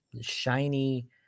shiny